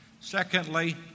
Secondly